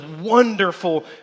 wonderful